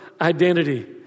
identity